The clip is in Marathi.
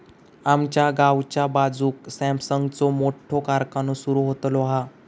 आमच्या गावाच्या बाजूक सॅमसंगचो मोठो कारखानो सुरु होतलो हा